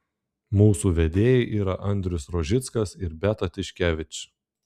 mūsų vedėjai yra andrius rožickas ir beata tiškevič